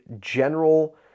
general